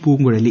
Poonkuzhali